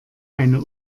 eine